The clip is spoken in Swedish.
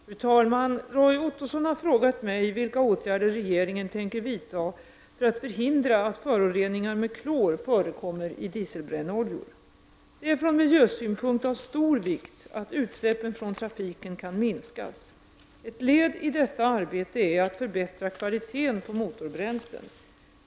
Fru talman! Roy Ottosson har frågat mig vilka åtgärder regeringen tänker vidta för att förhindra att föroreningar med klor förekommer i dieselbrännoljor. Det är från miljösynpunkt av stor vikt att utsläppen från trafiken kan minskas. Ett led i detta arbete är att förbättra kvaliteten på motorbränslen.